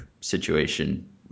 situation